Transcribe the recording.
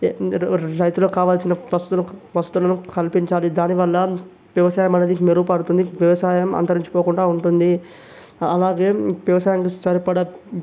రైతులకి కావలసిన వసతులు వసతులను కల్పించాలి దానివల్ల వ్యవసాయం అనేది మెరుగుపడుతుంది వ్యవసాయం అంతరించిపోకుండా ఉంటుంది అలాగే వ్యవసాయంకు సరిపడ